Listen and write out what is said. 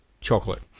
Chocolate